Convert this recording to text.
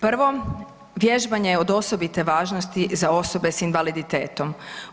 Prvo, vježbanje je od osobite važnosti za osobe s invaliditetom.